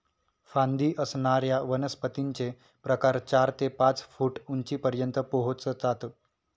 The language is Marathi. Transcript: फांदी असणाऱ्या वनस्पतींचे प्रकार चार ते पाच फूट उंचीपर्यंत पोहोचतात